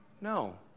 No